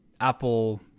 apple